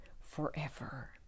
forever